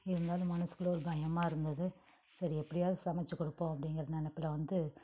இருந்தாலும் மனசுக்குள்ள ஒரு பயமாக இருந்துது சரி எப்படியாவது சமைச்சி கொடுப்போம் அப்படிங்குற நினப்புல வந்து